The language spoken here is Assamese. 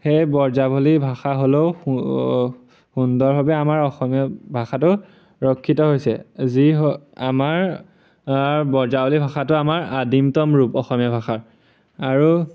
সেই ব্ৰজাৱলী ভাষা হ'লেও সুন্দৰভাৱে আমাৰ অসমীয়া ভাষাটো ৰক্ষিত হৈছে যি আমাৰ ব্ৰজাৱলী ভাষাটো আমাৰ আদিমতম ৰূপ অসমীয়া ভাষাৰ আৰু